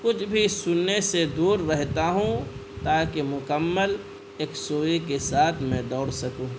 کچھ بھی سننے سے دور رہتا ہوں تاکہ مکمل یکسوئی کے ساتھ میں دوڑ سکوں